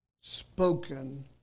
spoken